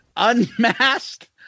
Unmasked